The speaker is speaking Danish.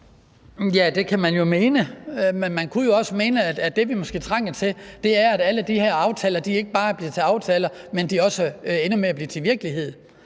Det kan man jo mene, men man kunne også mene, at det, vi måske trænger til, er, at alle de her aftaler ikke bare vedbliver med at være aftaler, men at de også ender med at blive til virkelighed.